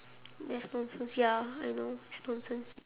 nonsense ya I know it's nonsense